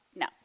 No